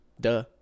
Duh